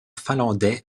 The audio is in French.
finlandais